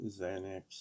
Xanax